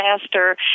faster